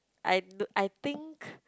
I d~ I think